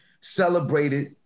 celebrated